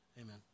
Amen